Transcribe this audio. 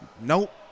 Nope